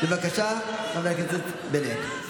בבקשה, חבר הכנסת בליאק.